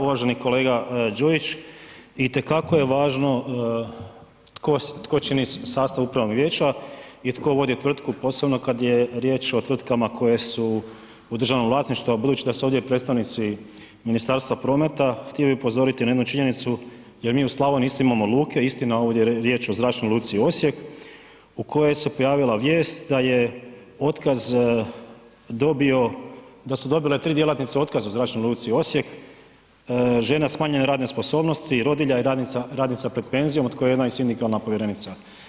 Uvaženi kolega Đujić, itekako je važno tko čini sastav upravnog vijeća i tko je vodio tvrtku, posebno kad je riječ o tvrtkama koje su u državnom vlasništvu, a budući da su ovdje predstavnici Ministarstva prometa, htio bi upozoriti na jednu činjenicu jer mi u Slavoniji isto imamo luke, istina ovdje je riječ o Zračnoj luci Osijek u kojoj se pojavila vijest da je otkaz dobio, da su dobile 3 djelatnice otkaz u Zračnoj luci Osijek, žena smanjene radne sposobnosti, rodilja i radnica, radnica pred penzijom od koje je jedna i sindikalna povjerenica.